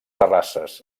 terrasses